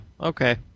okay